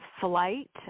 flight